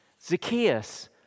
Zacchaeus